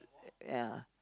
ya